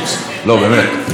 השר מבקש, מפריע לו.